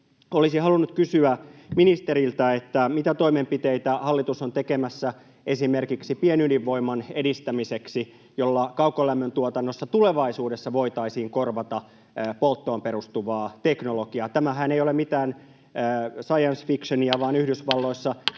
olisin halunnut kysyä ministeriltä: mitä toimenpiteitä hallitus on tekemässä edistääkseen esimerkiksi pienydinvoimaa, jolla kaukolämmön tuotannossa tulevaisuudessa voitaisiin korvata polttoon perustuvaa teknologiaa? Tämähän ei ole mitään science fictionia, [Puhemies